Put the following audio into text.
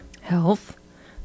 Health